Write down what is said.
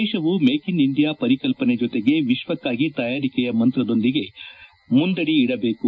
ದೇಶವು make in India ಪರಿಕಲ್ಪನೆ ಜೊತೆಗೆ ವಿಶ್ವಕ್ನಾಗಿ ತಯಾರಿಕೆಯ ಮಂತ್ರದೊಂದಿಗೆ ಮುಂದಡಿ ಇಡಬೇಕು